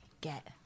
Get